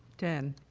ten,